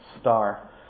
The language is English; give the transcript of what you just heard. star